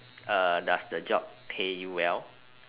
uh does the job pay you well